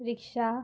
rickshaw